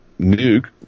nuke